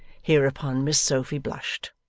hereupon miss sophy blushed,